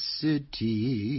city